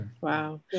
Wow